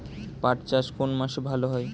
পাট চাষ কোন মাসে ভালো হয়?